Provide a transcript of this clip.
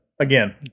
again